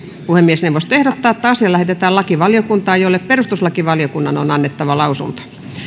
puhemiesneuvosto ehdottaa että asia lähetetään lakivaliokuntaan jolle perustuslakivaliokunnan on annettava lausunto